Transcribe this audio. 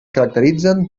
caracteritzen